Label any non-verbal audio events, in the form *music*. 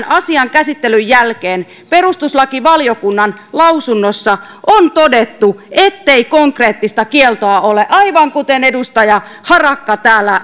*unintelligible* asian käsittelyn jälkeen perustuslakivaliokunnan lausunnossa on todettu ettei konkreettista kieltoa ole aivan kuten edustaja harakka täällä *unintelligible*